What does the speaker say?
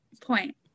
point